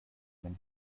when